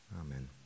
Amen